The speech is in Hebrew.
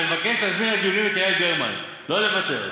ואני מבקש להזמין את יעל גרמן, לא לוותר לה.